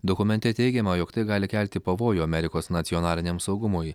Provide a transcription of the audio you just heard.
dokumente teigiama jog tai gali kelti pavojų amerikos nacionaliniam saugumui